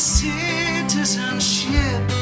citizenship